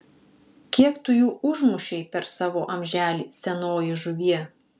kiek tu jų užmušei per savo amželį senoji žuvie